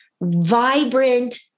vibrant